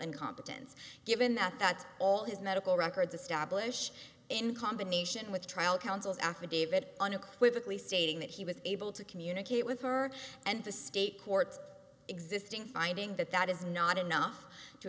incompetence given that that's all his medical records establish in combination with trial counsel's affidavit unequivocally stating that he was able to communicate with her and the state courts existing finding that that is not enough to